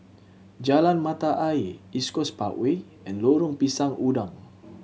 Jalan Mata Ayer East Coast Parkway and Lorong Pisang Udang